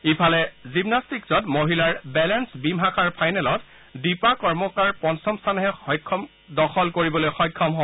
ইফালে জিমনাস্তিকত মহিলাৰ বেলেন্স বীম শাখাৰ ফাইনেলত দীপা কৰ্মকৰক পঞ্চম স্থানহে দখল কৰিবলৈ সক্ষম হয়